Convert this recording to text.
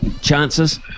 chances